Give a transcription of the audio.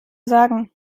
sagen